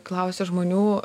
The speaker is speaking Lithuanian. klausė žmonių